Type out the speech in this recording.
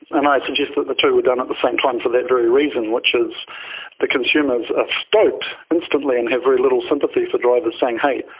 and i suggest but that two were done at the same time for that very reason, which is the consumers are stoked instantly and have very little sympathy for drivers saying hey,